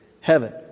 heaven